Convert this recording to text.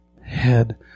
head